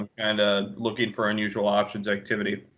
and ah looking for unusual options activity.